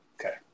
Okay